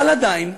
אבל עדיין,